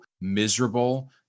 miserable